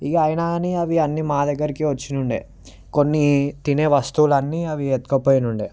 ఇక అయినా కానీ అవి అన్నీ మా దగ్గరికి వచ్చి ఉండే కొన్ని తినే వస్తువులన్నీ అవి ఎత్తుకుపోయి ఉండే